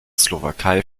slowakei